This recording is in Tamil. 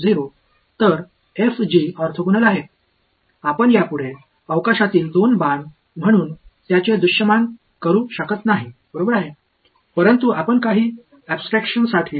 நீங்கள் இதை ஸ்பேஸில் இரண்டு அம்புகளாக இனி காட்சிப்படுத்த முடியாது ஆனால் அதுதான் சில சுருக்கங்களுக்கு நீங்கள் செலுத்தும் விலை